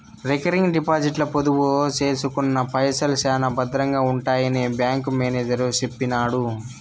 recurring డిపాజిట్ల పొదుపు సేసుకున్న పైసల్ శానా బద్రంగా ఉంటాయని బ్యాంకు మేనేజరు సెప్పినాడు